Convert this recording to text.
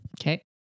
Okay